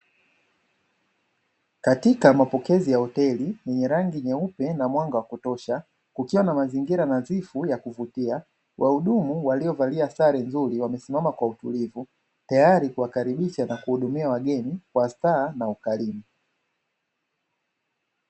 Katika mapokezi ya hoteli yenye rangi nyeupe na mwanga wa kutosha, kukiwa na mazingira nadhifu ya kuvutia. Wahudumu waliovalia sare nzuri wamesimama kwa utulivu, tayari kuwakaribisha na kuhudumia wageni kwa staha na ukarimu.